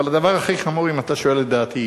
אבל הדבר הכי חמור, אם אתה שואל את דעתי,